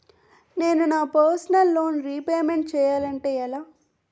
నేను నా personal loan repayment చేయాలంటే ఎలా?